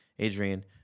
Adrian